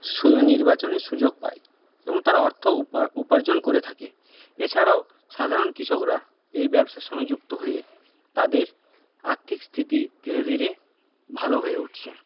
সুনির্বাচনের সুযোগ পায় এবং তারা অর্থও উপা উপার্জন করে থাকে এছাড়াও সাধারণ কৃষকরা এই ব্যবসার সঙ্গে যুক্ত হয়ে তাদের আর্থিক স্থিতি ধীরে ধীরে ভালো হয়ে উঠছে